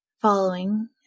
Following